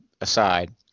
aside